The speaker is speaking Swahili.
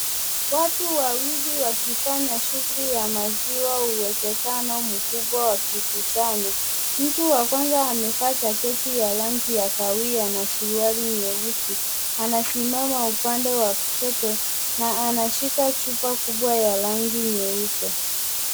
Watu wawili wakifanya shughuli ya maziwa, uwezekano mkubwa wakikusanya. Mtu wa kwanza amevaa jaketi ya rangi ya kahawia na suruali nyeusi. Anasimama upande wa kushoto na anashika chupa kubwa ya rangi nyeupe.